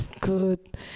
good